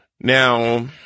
now